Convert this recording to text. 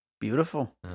beautiful